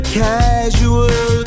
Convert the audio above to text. casual